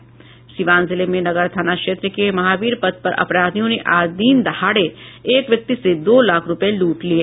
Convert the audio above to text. सीवान जिले में नगर थाना क्षेत्र के महावीर पथ पर अपराधियों ने आज दिन दहाड़े एक व्यक्ति से दो लाख रुपये लूट लिये